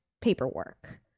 paperwork